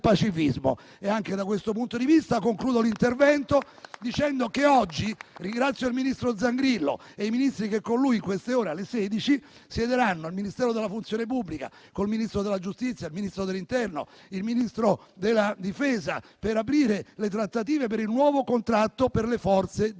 Anche da questo punto di vista concludo l'intervento dicendo che oggi ringrazio il ministro Zangrillo e i Ministri che con lui in queste ore, precisamente alle 16, siederanno al Ministero della funzione pubblica con il Ministro della giustizia, il Ministro dell'interno e il Ministro della difesa, per aprire le trattative per il nuovo contratto per le Forze di polizia